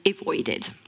avoided